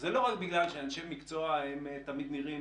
זה לא רק בגלל שאנשי מקצוע הם תמיד נראים,